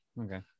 Okay